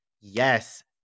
Yes